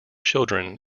children